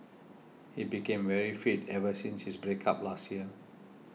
he became very fit ever since his break up last year